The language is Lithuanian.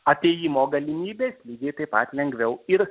apėjimo galimybės lygiai taip pat lengviau ir